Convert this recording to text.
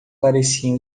pareciam